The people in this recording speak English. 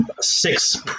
six